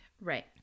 Right